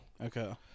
Okay